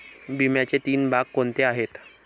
विम्याचे तीन भाग कोणते आहेत?